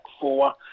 four